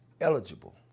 eligible